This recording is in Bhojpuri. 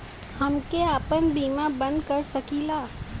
हमके आपन बीमा बन्द कर सकीला?